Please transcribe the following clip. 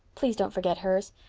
please don't forget hers.